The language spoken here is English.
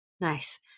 Nice